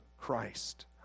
Christ